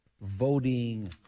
voting